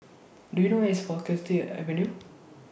Do YOU know Where IS Faculty Avenue